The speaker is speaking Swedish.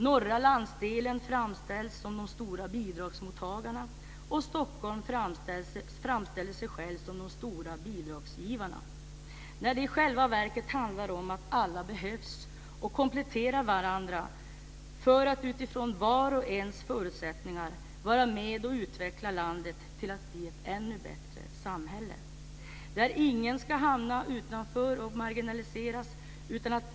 Norra landsdelen framställs som de stora bidragsmottagarna och i Stockholm framställer man sig som den stora bidragsgivaren. I själva verket handlar det om att alla behövs och kompletterar varandra för att utifrån vars och ens förutsättningar vara med och utveckla landet till att bli ett ännu bättre samhälle, där ingen ska hamna utanför och marginaliseras.